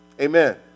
Amen